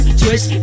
twist